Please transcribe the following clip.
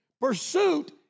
Pursuit